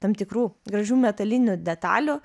tam tikrų gražių metalinių detalių